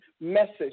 message